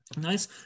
nice